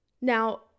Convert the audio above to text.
Now